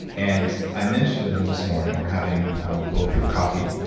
and i mentioned to them this morning we're having bulletproof coffee.